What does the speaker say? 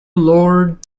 lord